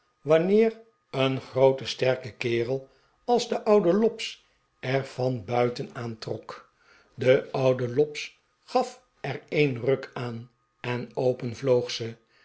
wanneer een groote sterke kerel als de oude lobbs er van buiten aan trok de oude lobbs gaf er een ruk aan en open